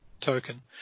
token